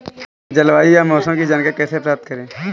जलवायु या मौसम की जानकारी कैसे प्राप्त करें?